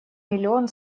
миллион